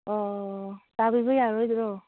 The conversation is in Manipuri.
ꯑꯣ ꯇꯥꯕꯤꯕ ꯌꯥꯔꯔꯣꯏꯗ꯭ꯔꯣ